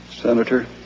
Senator